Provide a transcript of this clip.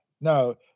No